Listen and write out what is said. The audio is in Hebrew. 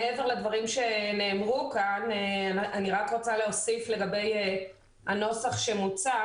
מעבר לדברים שנאמרו כאן אני רוצה להוסיף לגבי הנוסח שמוצע